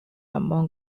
among